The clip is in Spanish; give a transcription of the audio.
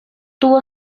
tuvo